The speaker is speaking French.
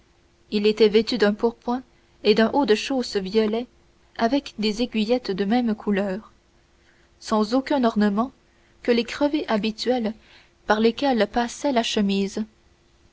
il était vêtu d'un pourpoint et d'un haut-de-chausses violet avec des aiguillettes de même couleur sans aucun ornement que les crevés habituels par lesquels passait la chemise